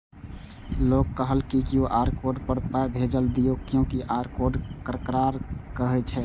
लोग कहलक QR code पर पाय भेज दियौ से क्यू.आर कोड ककरा कहै छै?